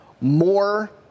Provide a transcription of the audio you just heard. more